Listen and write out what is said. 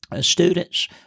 Students